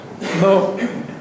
No